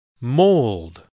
Mold